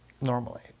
normally